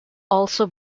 also